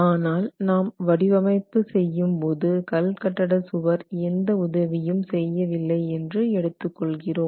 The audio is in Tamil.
ஆனால் நாம் வடிவமைப்பு செய்யும்போது கல்கட்டட சுவர் எந்த உதவியும் செய்யவில்லை என்று எடுத்து கொள்கிறோம்